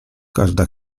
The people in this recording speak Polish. każda